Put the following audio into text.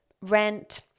rent